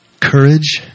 courage